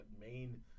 main